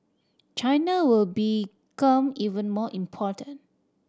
China will become even more important